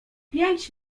pięć